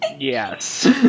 Yes